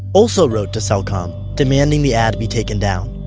also wrote to cellcom demanding the ad be taken down.